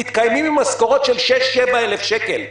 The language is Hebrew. מתקיימים ממשכורות של 7,000-6,000 שקל,